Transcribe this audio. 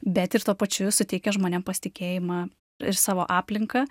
bet ir tuo pačiu suteikia žmonėm pasitikėjimą ir savo aplinka